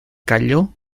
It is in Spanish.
calló